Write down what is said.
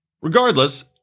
regardless